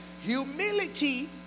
humility